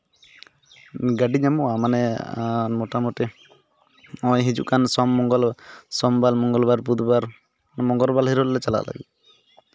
ᱜᱟᱹᱰᱤ ᱧᱟᱢᱚᱜᱼᱟ ᱢᱟᱱᱮ ᱢᱚᱴᱟᱢᱩᱴᱤ ᱦᱚᱸᱜᱼᱚᱭ ᱦᱤᱡᱩᱜ ᱠᱟᱱ ᱥᱳᱢ ᱢᱚᱝᱜᱚᱞ ᱥᱳᱢ ᱵᱟᱨ ᱢᱚᱝᱜᱚᱞ ᱵᱟᱨ ᱵᱩᱫ ᱵᱟᱨ ᱢᱟᱱᱮ ᱢᱚᱝᱜᱚᱞ ᱵᱟᱨ ᱦᱤᱞᱳᱜ ᱞᱮ ᱪᱟᱞᱟᱜ ᱞᱟᱹᱜᱤᱫ